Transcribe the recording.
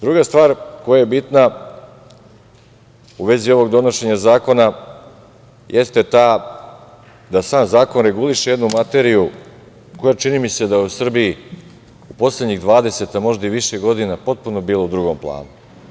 Druga stvar koja je bitna u vezi ovog donošenja zakona jeste ta da sam zakon reguliše jednu materiju koja, čini mi se, da u Srbiji u poslednjih 20, a možda i više godina, potpuno je bila u drugom planu.